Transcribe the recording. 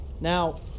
now